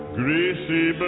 greasy